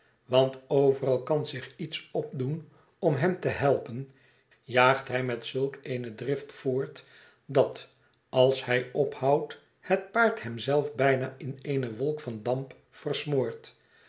want overal kan zich iets opdoen om hem te helpen jaagt hij met zulk eene drift voort dat als hij ophoudt het paard hem zelf bijna in eene wolk van damp versmoort